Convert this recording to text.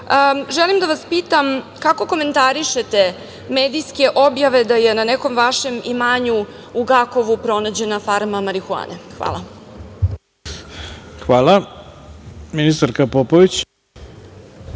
želim da vas pitam – kako komentarišete medijske objave da je na nekom vašem imanju U „Gakovu“ pronađena farma marihuane? Hvala. **Ivica Dačić**